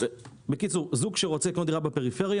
כלומר זוג שרוצה לקנות היום דירה בפריפריה